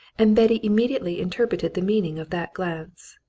and betty immediately interpreted the meaning of that glance.